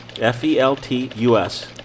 F-E-L-T-U-S